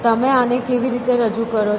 તમે આને કેવી રીતે રજૂ કરો છો